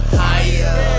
higher